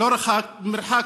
במרחק